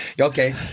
Okay